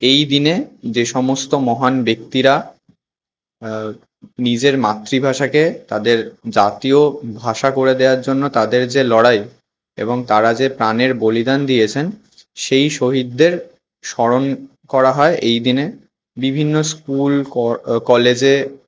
এই দিনে যে সমস্ত মহান ব্যক্তিরা নিজের মাতৃভাষাকে তাদের জাতীয় ভাষা করে দেওয়ার জন্য তাদের যে লড়াই এবং তারা যে প্রাণের বলিদান দিয়েছেন সেই শহিদদের স্মরণ করা হয় এই দিনে বিভিন্ন স্কুল কলেজে